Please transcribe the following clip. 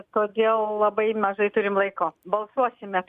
todėl labai mažai turim laiko balsuosime